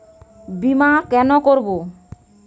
বিমা কেন করব?